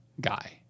guy